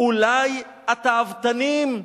אולי התאוותנים,